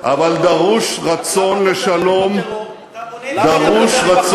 אבל דרוש רצון לשלום, למה אתה מדבר עם הטרור?